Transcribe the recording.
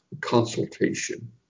consultation